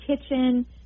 kitchen